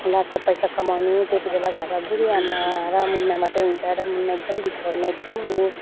लासा पैसा कमाउनु त्यति बेला घरमा बुढी आमा र मुना मात्रै हुन्छ र मुना एकदम बिछोडमा एकदम ऊ